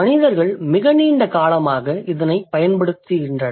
மனிதர்கள் மிக நீண்ட காலமாக இதைப் பயன்படுத்துகின்றனர்